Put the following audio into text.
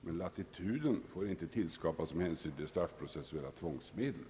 Men Jlatituden bör inte få tillskapas med hänsyn till det straffprocessuella tvångsmedlet.